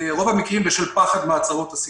ברוב המקרים זה בשל פחד מהסיכון.